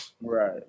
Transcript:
Right